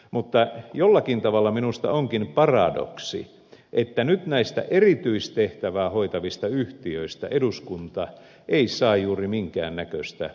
mutta jollakin tavalla minusta onkin paradoksi että nyt näistä erityistehtävää hoitavista yhtiöistä eduskunta ei saa juuri minkään näköistä informaatiota